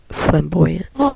flamboyant